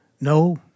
no